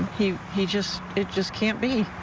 he he just it just can't be.